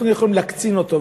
אנחנו יכולים להקצין אותו,